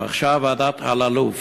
ועכשיו, ועדת אלאלוף.